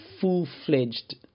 full-fledged